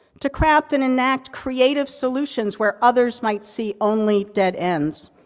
to craft an innate creative solution where others might see only dead ends.